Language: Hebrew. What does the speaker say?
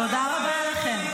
תודה רבה לכם.